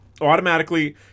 automatically